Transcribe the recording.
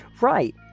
right